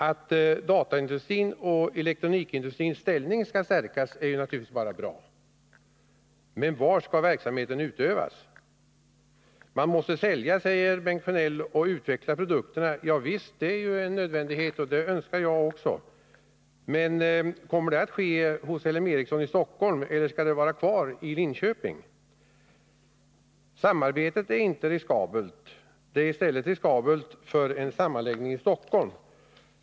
Att dataindustrins och elektronikindustrins ställning skall stärkas är naturligtvis bara bra, men var skall verksamheten utövas? Man måste sälja och utveckla produkterna, säger Bengt Sjönell. Ja visst, det är en nödvändighet, och det önskar jag också. Men kommer det att ske hos LM Ericsson i Stockholm eller skall den delen vara kvar i Linköping? Samarbetet är inte riskabelt — däremot att lokaliseringen sker till enbart Stockholm.